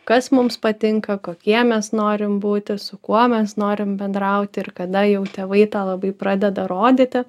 kas mums patinka kokie mes norim būti su kuo mes norim bendrauti ir kada jau tėvai tą labai pradeda rodyti